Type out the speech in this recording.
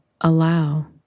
allow